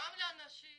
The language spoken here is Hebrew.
גם לאנשים